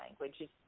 language